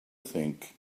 think